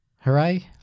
Hooray